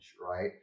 right